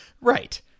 Right